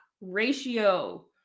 ratio